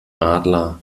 adler